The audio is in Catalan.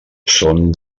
són